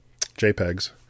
JPEGs